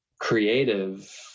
creative